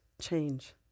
change